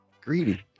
Greedy